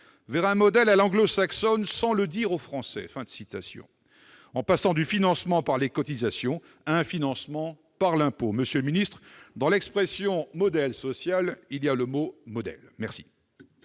vers un modèle à l'anglo-saxonne sans le dire aux Français », en passant d'un financement par les cotisations à un financement par l'impôt. Monsieur le secrétaire d'État, dans l'expression « modèle social », il y a le mot « modèle »